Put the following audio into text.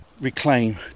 reclaim